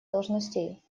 должностей